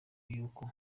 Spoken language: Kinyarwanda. y’uko